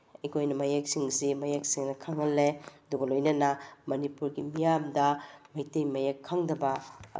ꯑꯩꯈꯣꯏꯅ ꯃꯌꯦꯛꯁꯤꯡꯁꯤ ꯃꯌꯦꯛ ꯁꯦꯡꯅ ꯈꯪꯍꯜꯂꯦ ꯑꯗꯨꯒ ꯂꯣꯏꯅꯅ ꯃꯅꯤꯄꯨꯔꯒꯤ ꯃꯤꯌꯥꯝꯗ ꯃꯩꯇꯩ ꯃꯌꯦꯛ ꯈꯪꯗꯕ